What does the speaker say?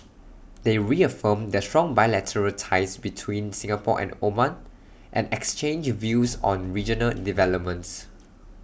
they reaffirmed the strong bilateral ties between Singapore and Oman and exchanged views on regional developments